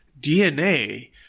DNA